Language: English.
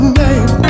name